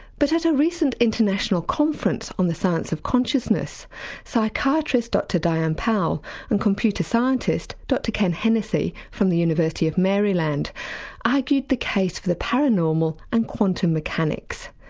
but at a recent international conference on the science of consciousness psychiatrist dr diane powell and computer scientist dr ken hennacy from the university of maryland argued the case for the paranormal and quantum mechanics.